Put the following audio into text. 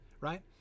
right